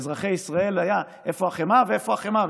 ואזרחי ישראל איפה החמאה, איפה החמאה?